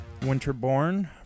Winterborn